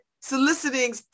soliciting